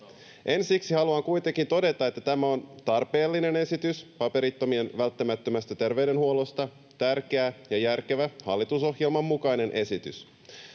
Ensiksi haluan kuitenkin todeta, että tämä on tarpeellinen esitys paperittomien välttämättömästä terveydenhuollosta, tärkeä ja järkevä hallitusohjelman mukainen esitys.